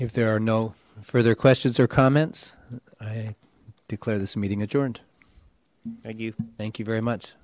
if there are no further questions or comments i declare this meeting adjourned thank you thank you very much